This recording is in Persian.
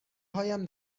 هایم